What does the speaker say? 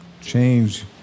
change